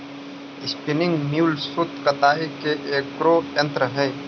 spinning mule सूत कताई के एगो यन्त्र हई